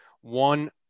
one